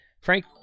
Frank